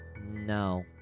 No